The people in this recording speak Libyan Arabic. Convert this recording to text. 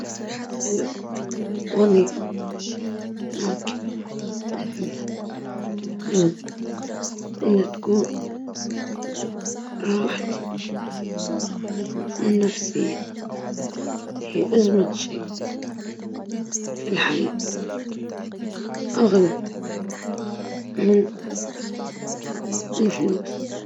نفضل وظيفة نحبوها حتى لو الراتب قليل، لأنها بتكون مصدر سعادة وأمان، والشغف والرضا الوظيفي أهم من الفلوس.